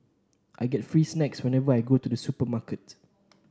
I get free snacks whenever I go to the supermarket